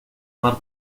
mar